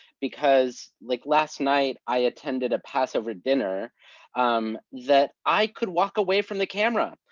because, like last night, i attended a passover dinner that i could walk away from the camera.